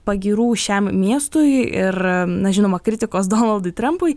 pagyrų šiam miestui ir na žinoma kritikos donaldui trampui